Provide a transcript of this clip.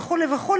וכו' וכו',